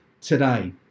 today